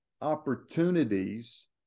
opportunities